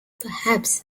perhaps